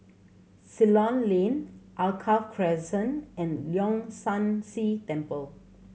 Ceylon Lane Alkaff Crescent and Leong San See Temple